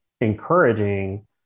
encouraging